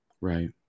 Right